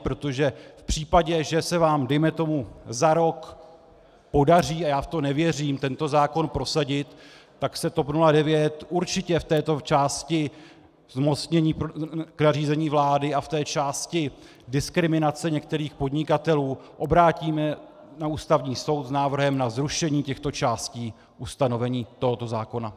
Protože v případě, že se vám dejme tomu za rok podaří, a já v to nevěřím, tento zákon prosadit, tak se TOP 09 určitě v této části zmocnění nařízení vlády a v části diskriminace některých podnikatelů obrátí na Ústavní soud s návrhem na zrušení těchto částí ustanovení tohoto zákona.